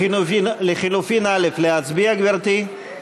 לחלופין (א) להצביע, גברתי?